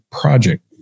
project